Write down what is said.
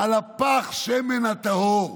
על פך השמן הטהור.